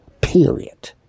period